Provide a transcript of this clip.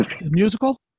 musical